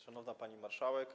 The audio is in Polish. Szanowna Pani Marszałek!